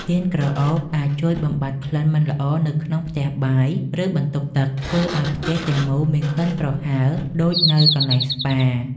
ទៀនក្រអូបអាចជួយបំបាត់ក្លិនមិនល្អនៅក្នុងផ្ទះបាយ ឬបន្ទប់ទឹក ធ្វើឱ្យផ្ទះទាំងមូលមានក្លិនប្រហើរដូចនៅកន្លែងស្ប៉ា។